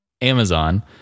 Amazon